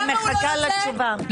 אני מחכה לתשובה.